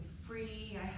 free